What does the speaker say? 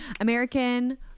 american